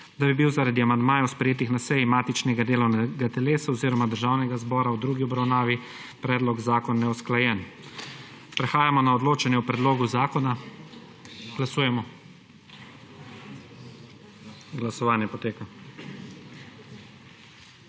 da bi bil zaradi amandmajev, sprejetih na seji matičnega delovnega telesa oziroma Državnega zbora v drugi obravnavi, predlog zakona neusklajen. Prehajamo na odločanje o predlogu zakona. Glasujemo. Navzočih